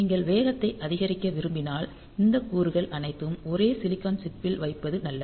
நீங்கள் வேகத்தை அதிகரிக்க விரும்பினால் இந்த கூறுகள் அனைத்தும் ஒரே சிலிக்கான் சிப் பில் வைப்பது நல்லது